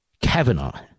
Kavanaugh